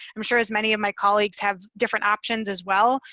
i'm sure as many of my colleagues have different options, as well.